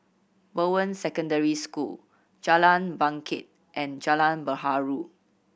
Bowen Secondary School Jalan Bangket and Jalan Perahu